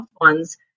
ones